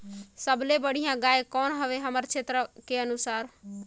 सबले बढ़िया गाय कौन हवे हमर क्षेत्र के अनुसार?